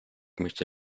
möchte